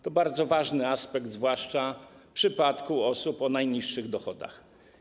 To bardzo ważny aspekt, zwłaszcza w przypadku osób o najniższych dochodach.